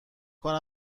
کنی